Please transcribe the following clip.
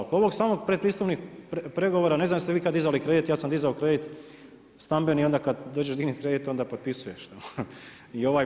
Oko ovog samog pretpristupnih pregovora, ne znam jeste li vi ikad dizali kredit, ja sam dizao kredit stambeni i onda kad dođeš dignuti kredit, onda potpisuješ to.